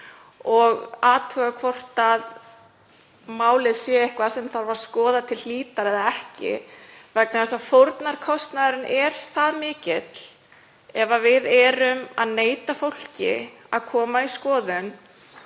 og athuga hvort málið sé eitthvað sem þarf að skoða til hlítar eða ekki, vegna þess að fórnarkostnaðurinn er það mikill ef við erum að neita fólki um að koma í skoðun